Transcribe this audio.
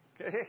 Okay